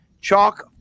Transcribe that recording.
chalk